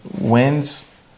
wins